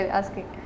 asking